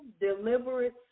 deliberate